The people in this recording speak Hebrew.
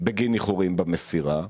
בגין איחורים במסירה?